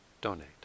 donate